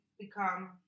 become